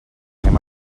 anem